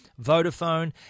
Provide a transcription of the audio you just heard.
Vodafone